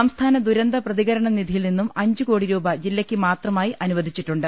സംസ്ഥാന ദുരന്ത പ്രതികരണ നിധിയിൽ നിന്നും അഞ്ചുകോടി രൂപ ജില്ലയ്ക്ക് മാത്രമായി അനുവദിച്ചിട്ടുണ്ട്